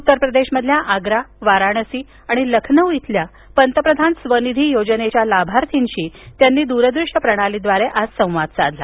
उत्तर प्रदेशमधील आग्रा वाराणसी आणि लखनौ इथल्या पंतप्रधान स्वनिधी योजनेच्या लाभार्थींशी त्यांनी दूरदृश्य प्रणालीद्वारे संवाद साधला